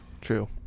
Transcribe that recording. True